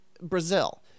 Brazil